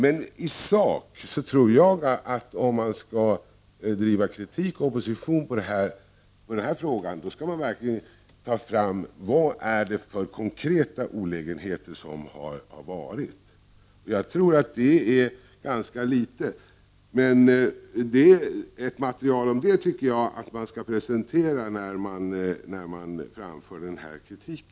En sak tror jag att man, om man skall driva opposition kring denna fråga, skall ta fram, och det är de konkreta olägenheter som förekommit. Jag tror att de är ganska få. Jag tycker att man skall presentera ett material kring detta när man framför denna kritik.